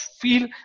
feel